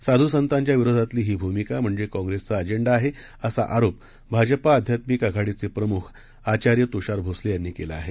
साधू संतांच्या विरोधातील ही भूमिका म्हणजे काँग्रेसचा अजेंडा आहे असा आरोप भाजप अध्यात्मिक आघाडीचे प्रमुख आचार्य तुषार भोसले यांनी केला आहे